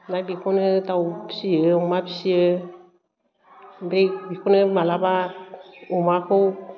आमफ्राय बेखौनो दाउ फियो अमा फियो ओमफाय बेखौनो मालाबा अमाखौ